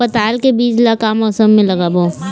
पताल के बीज ला का मौसम मे लगाबो?